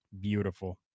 Beautiful